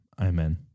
Amen